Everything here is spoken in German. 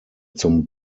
zum